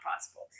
possible